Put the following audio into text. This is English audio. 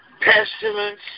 pestilence